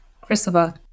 Christopher